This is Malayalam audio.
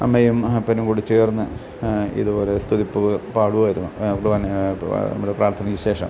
അമ്മയും അപ്പനും കൂടി ചേർന്ന് ഇതുപോലെ സ്തുതിപ്പുകൾ പാടുമായിരുന്നു അപ്പോൾ തന്നെ നമ്മൾ പ്രാർത്ഥനയ്ക്ക് ശേഷം